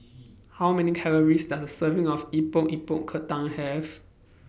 How Many Calories Does A Serving of Epok Epok Kentang Have